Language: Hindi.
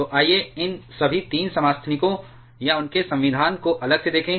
तो आइए इन सभी 3 समस्थानिकों या उनके संविधान को अलग से देखें